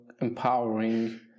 empowering